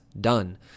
done